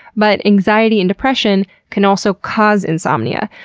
but anxiety and depression can also cause insomnia.